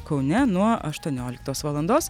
kaune nuo aštuonioliktos valandos